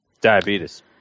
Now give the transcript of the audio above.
Diabetes